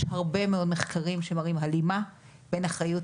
יש הרבה מאוד מחקרים שמראים הלימה בין אחריות